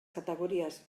categories